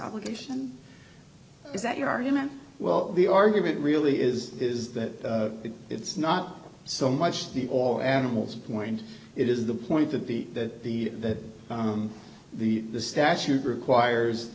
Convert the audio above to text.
obligation is that your argument well the argument really is is that it's not so much the all animals point it is the point that the that the that the the statute requires